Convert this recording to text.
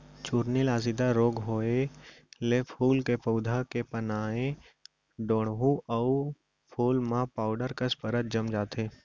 चूर्निल आसिता रोग होउए ले फूल के पउधा के पानाए डोंहड़ू अउ फूल म पाउडर कस परत जम जाथे